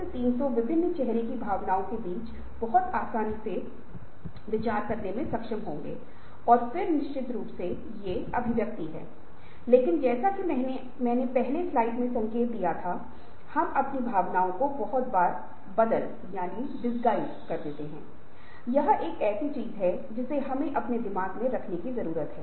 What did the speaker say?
इसी तरह संगठन में कभी कभी या अन्य हर अवसर में वृद्धिशील परिवर्तन होते हैं लेकिन एक आमूल चूल परिवर्तन है जो एक नया परिवर्तन होता है इसे लागू करना अधिक कठिन और जटिल होता है